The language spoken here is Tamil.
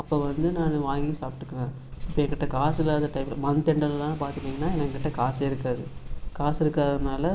அப்போ வந்து நான் வாங்கி சாப்பிடுக்குவேன் இப்போ என்கிட்ட காசு இல்லாத டைம்மில் மந்த் எண்டுலலாம் பார்த்துட்டிங்கன்னா என்கிட்ட காசே இருக்காது காசு இருக்காதனால